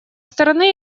стороны